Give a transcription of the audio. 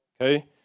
okay